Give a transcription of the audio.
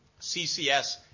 CCS